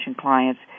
clients